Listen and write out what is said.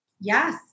Yes